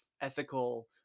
ethical